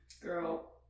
Girl